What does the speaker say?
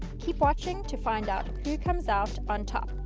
keep watching to find out who comes out on top.